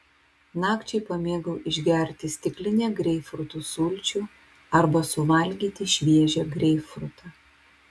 nakčiai pamėgau išgerti stiklinę greipfrutų sulčių arba suvalgyti šviežią greipfrutą